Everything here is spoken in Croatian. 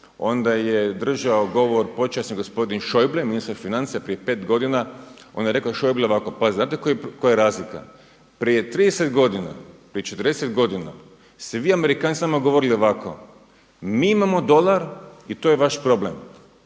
onda je držao govor počasni gospodin Schauble ministar financija prije pet godina, on je rekao Schauble ovako pazite znate koja je razlika prije 30 godina, prije 40 godina ste vi Amerikanci samo govorili ovako, mi imamo dolar i to je vaš problem,